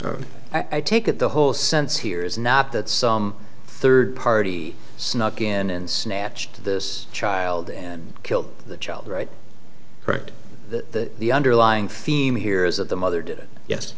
i take it the whole sense here is not that some third party snuck in and snatched this child and killed the child right correct that the underlying theme here is that the mother did it